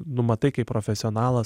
numatai kaip profesionalas